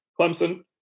Clemson